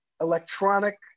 electronic